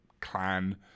clan